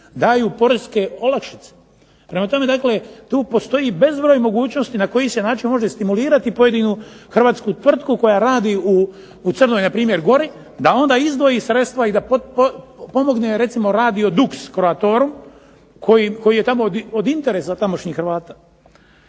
daju poreske olakšice. Prema tome, tu postoji bezbroj mogućnosti na koji se način može stimulirati pojedinu Hrvatsku tvrtku koja radi u Crnoj Gori da izdvoji sredstva i da pomogne recimo ... koji je tamo od interesa tamošnjih Hrvata.